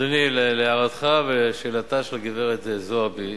אדוני, להערכתך ולשאלתה של גברת זועבי,